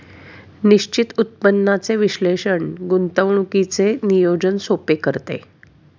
निश्चित उत्पन्नाचे विश्लेषण गुंतवणुकीचे नियोजन सोपे करते